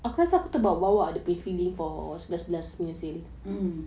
mm